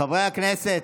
חברי הכנסת,